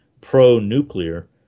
pro-nuclear